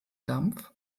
dampf